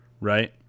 right